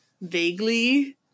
Vaguely